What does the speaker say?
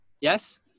Yes